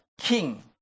king